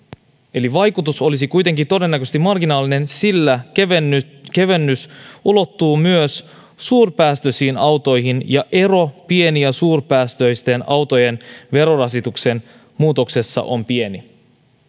eli vaikutus olisi kuitenkin todennäköisesti marginaalinen sillä kevennys ulottuu myös suuripäästöisiin autoihin ja ero pieni ja suuripäästöisten autojen verorasituksen muutoksessa on pieni